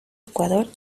ecuador